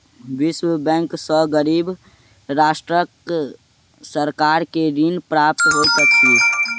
विश्व बैंक सॅ गरीब राष्ट्रक सरकार के ऋण प्राप्त होइत अछि